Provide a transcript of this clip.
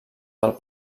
del